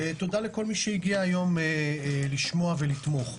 ותודה לכל מי שהגיע היום לשמוע ולתמוך.